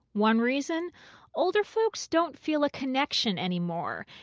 one reason older folks don't feel a connection anymore,